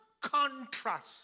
contrast